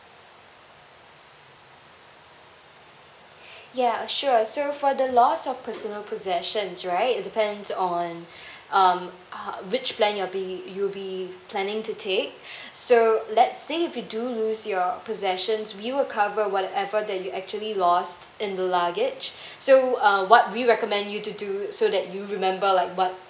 ya sure so for the loss of personal possessions right it depends on um which plan you'll be you'll be planning to take so let's say if you do lose your possessions we will cover whatever that you actually lost in the luggage so uh what we recommend you to do so that you remember like what